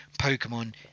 Pokemon